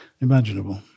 imaginable